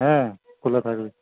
হ্যাঁ খোলা থাকবে